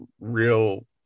real